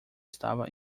estava